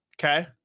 Okay